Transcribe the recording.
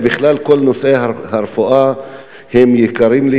ובכלל כל נושאי הרפואה יקרים לי,